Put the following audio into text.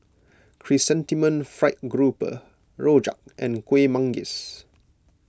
Chrysanthemum Fried Grouper Rojak and Kuih Manggis